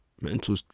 mental